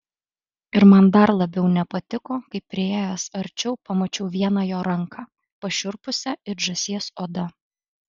ir man dar labiau nepatiko kai priėjęs arčiau pamačiau vieną jo ranką pašiurpusią it žąsies oda